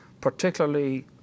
Particularly